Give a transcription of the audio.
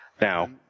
Now